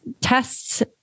tests